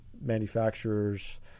manufacturers